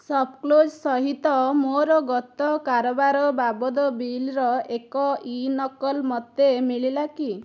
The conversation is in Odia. ଶପ୍ କ୍ଲୋଜ୍ ସହିତ ମୋର ଗତ କାରବାର ବାବଦ ବିଲ୍ର ଏକ ଇ ନକଲ ମୋତେ ମିଳିଲା କି